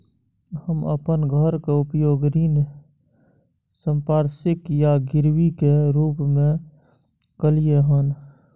हम अपन घर के उपयोग ऋण संपार्श्विक या गिरवी के रूप में कलियै हन